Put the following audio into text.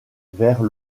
vers